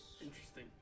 Interesting